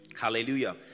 hallelujah